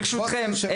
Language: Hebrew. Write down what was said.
ברשותכם.